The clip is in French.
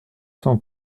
cent